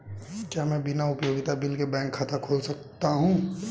क्या मैं बिना उपयोगिता बिल के बैंक खाता खोल सकता हूँ?